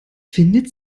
findet